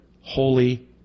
holy